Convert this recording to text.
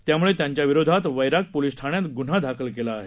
त्यामुळे त्यांच्याविरोधात वैराग पोलिस ठाण्यात गुन्हा दाखल केला आहे